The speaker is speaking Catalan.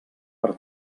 per